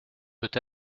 peut